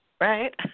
right